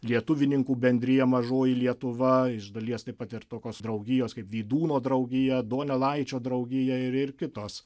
lietuvininkų bendrija mažoji lietuva iš dalies taip pat ir tokios draugijos kaip vydūno draugija donelaičio draugija ir ir kitos